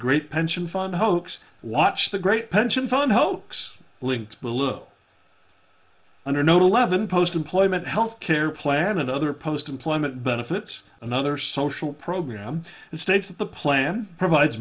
great pension fund hoax watch the great pension fund hoax linked to look under no eleven post employment health care plan and other post employment benefits another social program and states that the plan provides